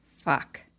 Fuck